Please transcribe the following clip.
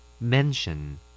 Mention